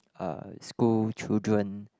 uh school children